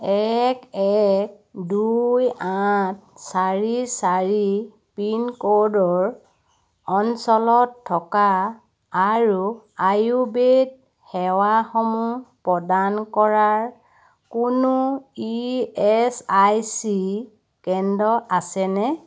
এক এক দুই আঠ চাৰি চাৰি পিনক'ডৰ অঞ্চলত থকা আৰু আয়ুৰ্বেদ সেৱাসমূহ প্ৰদান কৰাৰ কোনো ই এছ আই চি কেন্দ্ৰ আছেনে